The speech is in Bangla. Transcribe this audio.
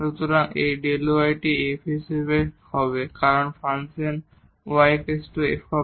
সুতরাং এই Δ y টি f হিসাবে হবে কারণ ফাংশন y f